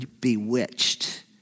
bewitched